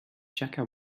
jaka